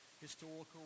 historical